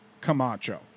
Camacho